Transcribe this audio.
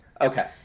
okay